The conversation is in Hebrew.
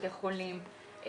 בתי חולים,